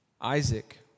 Isaac